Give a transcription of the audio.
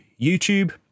YouTube